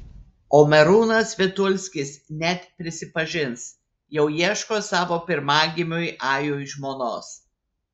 o merūnas vitulskis net prisipažins jau ieško savo pirmagimiui ajui žmonos